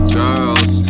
girls